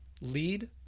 lead